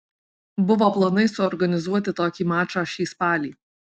buvo planai suorganizuoti tokį mačą šį spalį